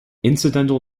incidental